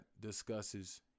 discusses